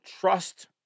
trust